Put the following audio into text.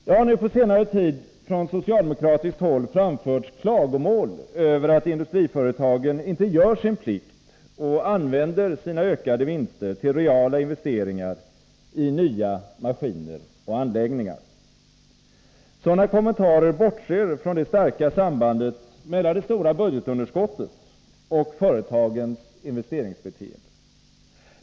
Det har på senare tid från socialdemokratiskt håll framförts klagomål över att industriföretagen inte gör sin plikt och använder sina ökade vinster till reala investeringar i nya maskiner och anläggningar. Sådana kommentarer bortser från det starka sambandet mellan det stora budgetunderskottet och företagens investeringsbeteende.